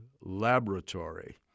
Laboratory